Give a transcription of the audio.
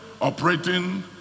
operating